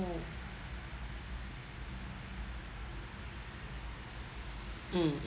oh mm